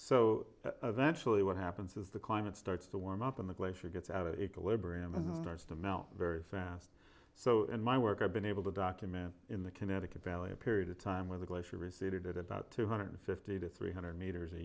so eventually what happens is the climate starts to warm up and the glacier gets out of equilibrium and starts to melt very fast so in my work i've been able to document in the connecticut valley a period of time where the glacier receded at about two hundred fifty to three hundred meters a